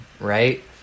right